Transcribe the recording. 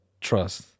trust